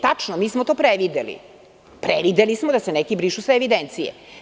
Tačno je, mi smo to prevideli, prevideli smo da se neki brišu sa evidencije.